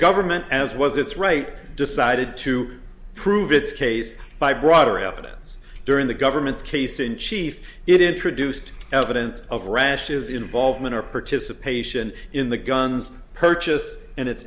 government as was its right decided to prove its case by broader evidence during the government's case in chief it introduced evidence of rashes involvement or participation in the guns purchased and it